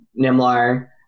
Nimlar